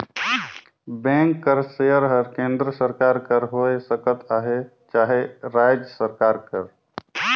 bank कर share हर केन्द्र सरकार कर होए सकत अहे चहे राएज सरकार कर